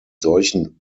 solchen